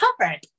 covered